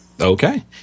Okay